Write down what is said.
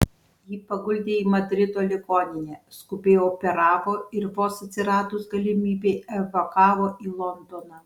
jį paguldė į madrido ligoninę skubiai operavo ir vos atsiradus galimybei evakavo į londoną